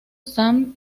sam